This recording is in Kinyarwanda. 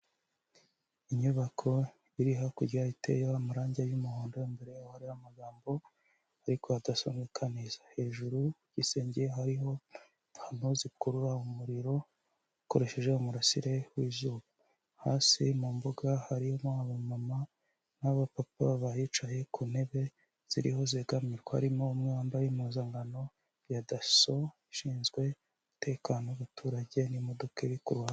Inyubako iri hakurya, iteyeho amarange y'umuhondo mbere hariho amagambo ariko adasomeka neza. Hejuru y'igisenge hariho pano zikurura umuriro zikoresheje umurasire w'izuba. Hasi mu mbuga harimo abamama n'abapapa bahicaye ku ntebe ziriho zegamirwa harimo umwe wambaye imppuzankano ya daso ishinzwe umutekano, abaturage n'imodoka iri ku ruhande.